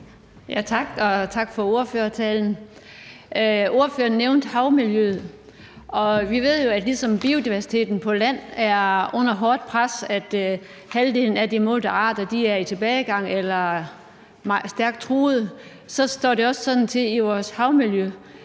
tak for ordførertalen. Ordføreren nævnte havmiljøet. Vi ved jo, at ligesom biodiversiteten på land er under hårdt pres – halvdelen af de målte arter er i tilbagegang eller er stærkt truede – så står det også sådan til i vores havmiljø.